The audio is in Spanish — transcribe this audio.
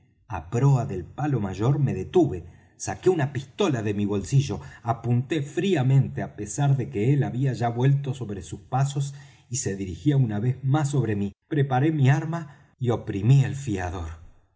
proa del palo mayor me detuve saqué una pistola de mi bolsillo apunté fríamente á pesar de que él había ya vuelto sobre sus pasos y se dirigía una vez más sobre mí preparé mi arma y oprimí el fiador